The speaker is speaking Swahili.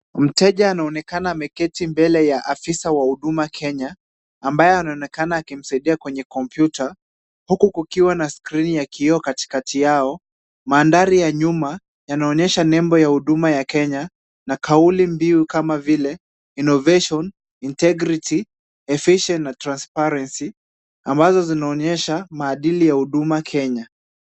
Mteja anaonekana ameketi mbele ya afisa wa huduma Kenya, ambaye anaonekana akimsaidia kwenye kompyuta huku kukiwa na skrini ya kioo katikati yao. Madhaari ya nyuma, yanaonyesha nembo ya huduma Kenya na kauli mbiu kama vile innovation integrity efficient na transparency ambazo zinaonyesha maadili ya huduma Kenya.